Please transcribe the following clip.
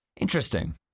Interesting